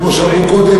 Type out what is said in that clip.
כמו שהליכוד אומר,